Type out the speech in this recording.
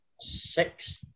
six